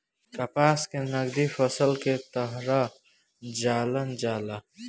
कपास के नगदी फसल के तरह जानल जाला